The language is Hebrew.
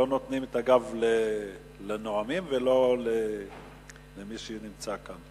לא מפנים את הגב לנואמים ולא למי שנמצא כאן.